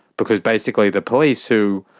because basically the police, who